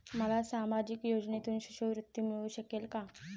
मला सामाजिक योजनेतून शिष्यवृत्ती मिळू शकेल का?